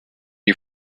you